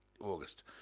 August